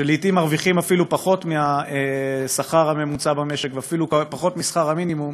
שלעתים מרוויח אפילו פחות מהשכר הממוצע במשק ואפילו פחות משכר המינימום,